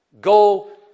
go